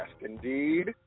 indeed